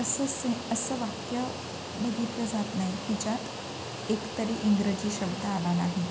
असं सीन असं वाक्यामध्ये तर जात नाही ज्याच्यात एकतरी इंग्रजी शब्द आला नाही